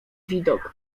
widok